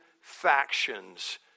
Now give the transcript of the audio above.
factions